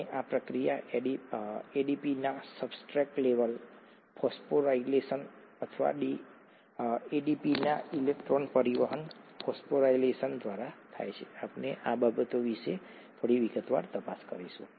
અને આ પ્રક્રિયા એડીપીના સબસ્ટ્રેટ લેવલ ફોસ્ફોરાયલેશન અથવા એડીપીના ઇલેક્ટ્રોન પરિવહન ફોસ્ફોરાયલેશન દ્વારા થાય છે આપણે આ બાબતો વિશે થોડી વિગતવાર તપાસ કરીશું